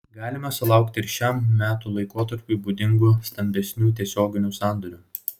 galime sulaukti ir šiam metų laikotarpiui būdingų stambesnių tiesioginių sandorių